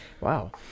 wow